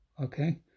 Okay